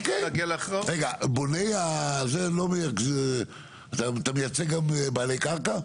רגע, בוני הארץ, אתה מייצג גם בעלי קרקע?